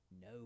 no